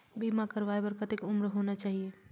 बीमा करवाय बार कतेक उम्र होना चाही?